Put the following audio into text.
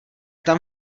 tam